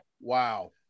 Wow